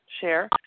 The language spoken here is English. share